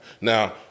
Now